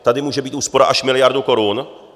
Tady může být úspora až miliarda korun.